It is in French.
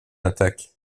attaque